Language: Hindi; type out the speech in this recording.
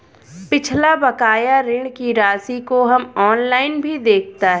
पिछला बकाया ऋण की राशि को हम ऑनलाइन भी देखता